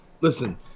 Listen